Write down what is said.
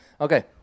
Okay